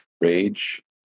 rage